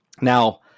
Now